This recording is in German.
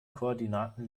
koordinaten